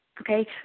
okay